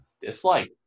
dislike